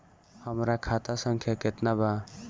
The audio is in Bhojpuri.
हमरा खाता संख्या केतना बा?